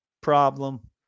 problem